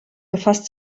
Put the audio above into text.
befasst